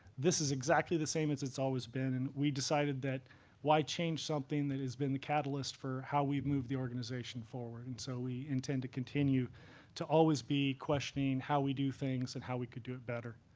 this is exactly the same as it's always been. and we decided that why change something that has been the catalyst for how we've moved the organization forward? and so we intend to continue to always be questioning how we do things and how we could do it better.